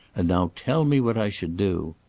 and now tell me what i should do.